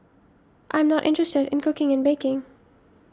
I am not interested in cooking and baking